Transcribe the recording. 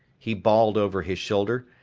he bawled over his shoulder,